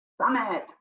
summit